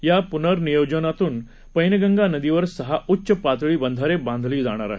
या पुनर्नियोजनातून पैनगंगा नदीवर सहा उच्च पातळी बंधारे बांधली जाणार आहेत